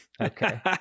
Okay